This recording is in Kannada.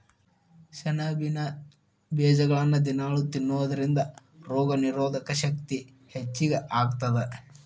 ಸೆಣಬಿನ ಬೇಜಗಳನ್ನ ದಿನಾಲೂ ತಿನ್ನೋದರಿಂದ ರೋಗನಿರೋಧಕ ಶಕ್ತಿ ಹೆಚ್ಚಗಿ ಆಗತ್ತದ